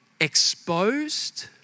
exposed